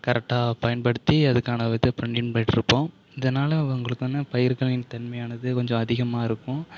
கரெக்டாக பயன்படுத்தி அதுக்கான இது பெற்றிருப்போம் இதனால் உங்களுக்கு வந்து பயிர்களின் தன்மையானது கொஞ்சம் அதிகமாக இருக்கும்